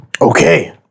Okay